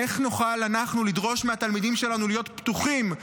איך נוכל אנחנו לדרוש מהתלמידים שלנו להיות פתוחים,